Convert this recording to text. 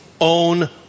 own